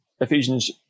Ephesians